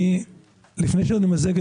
לפני שנמזג,